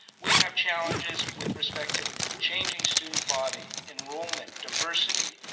we have challenges with respect to changing student body, enrollment, diversity,